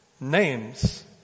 names